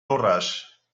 borràs